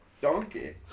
Donkey